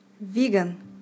Vegan